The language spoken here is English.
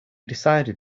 decided